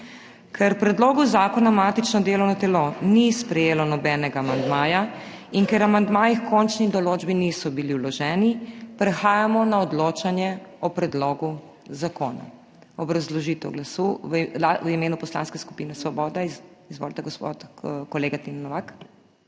Ker k predlogu zakona matično delovno telo ni sprejelo nobenega amandmaja in ker amandmaji h končni določbi niso bili vloženi, prehajamo na odločanje o predlogu zakona. Obrazložitev glasu v imenu Poslanske skupine Svoboda. Izvolite, gospod kolega Tine Novak.